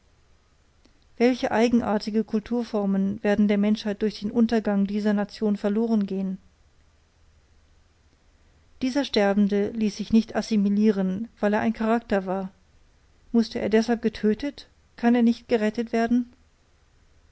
welche eigenartige kulturformen werden der menschheit durch den untergang dieser nation verloren gehen dieser sterbende ließ sich nicht assimilieren weil er ein charakter war mußte er deshalb getötet kann er nicht gerettet werden